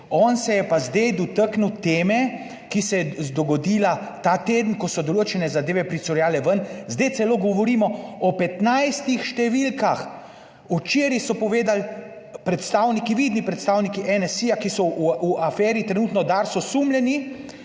on se je pa zdaj dotaknil teme, ki se je dogodila ta teden, ko so določene zadeve pricurljale ven. Zdaj celo govorimo o 15 številkah! Včeraj so povedali predstavniki, vidni predstavniki NSi, ki so v aferi trenutno Dars osumljeni,